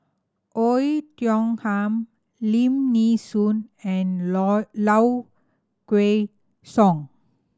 Oei Tiong Ham Lim Nee Soon and Low Kway Song